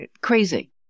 Crazy